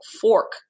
fork